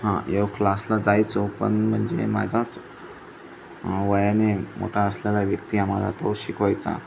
हा योग क्लासला जायचो पण म्हणजे माझाच वयाने मोठा असलेला व्यक्ती आम्हाला तो शिकवायचा